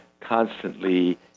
constantly